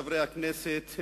חברי הכנסת,